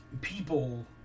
people